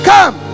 Come